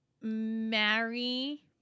marry